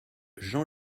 jean